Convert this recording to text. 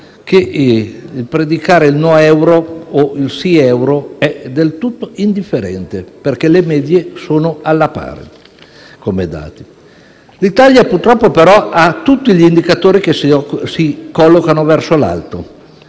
che predicare il no euro o il sì euro è del tutto indifferente, perché le medie, come dati, sono alla pari. L'Italia però ha purtroppo tutti gli indicatori che si collocano verso l'alto;